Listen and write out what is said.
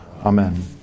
Amen